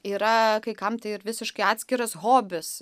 yra kai kam tai ir visiškai atskiras hobis